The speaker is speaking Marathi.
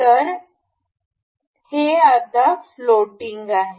तर हे आता फ्लोटिंग आहेत